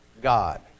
God